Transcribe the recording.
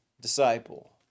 disciple